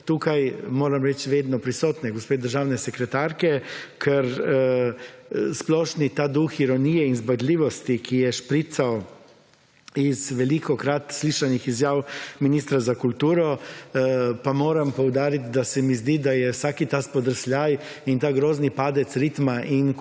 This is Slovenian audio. tukaj moram reči vedno prisotne gospe državne sekretarke, ker splošni ta duh ironije in zbadljivosti, ki je šprical iz velikokrat slišanih izjav ministra za kulturo pa moram poudariti, da se mi zdi, da je vsak tak spodrsljaj in ta grozni padec ritma in kulturnega